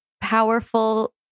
powerful